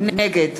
נגד